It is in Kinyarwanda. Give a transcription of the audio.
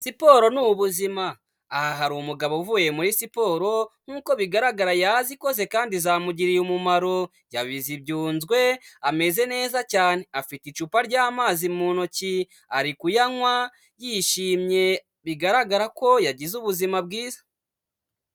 Siporo ni ubuzima, aha hari umugabo uvuye muri siporo nk'uko bigaragara yazikoze kandi zamugiriye umumaro yabize ibyunzwe ameze neza cyane, afite icupa ry'amazi mu ntoki, ari kuyanywa yishimye bigaragara ko yagize ubuzima bwiza.